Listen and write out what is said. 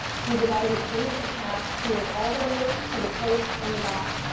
he's a guy who finishes tasks. he went all the way to the coast and back.